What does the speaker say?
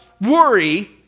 worry